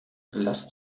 lässt